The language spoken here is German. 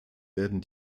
werden